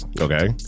okay